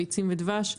ביצים ודבש,